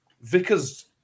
Vickers